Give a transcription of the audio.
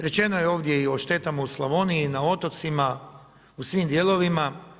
Rečeno je ovdje i štetama u Slavoniji, na otocima, u svim dijelovima.